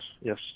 Yes